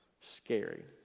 scary